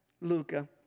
Luca